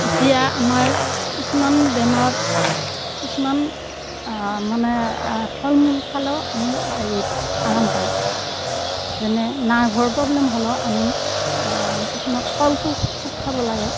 এতিয়া আমাৰ কিছুমান বেমাৰত কিছুমান মানে ফল মূল খালেওঁ আমি হেৰি আৰাম পাওঁ যেনে নাৰ্ভৰ প্ৰবলেম হ'লেও আমি কিছুমান কলটো খুব খাব লাগে